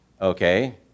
okay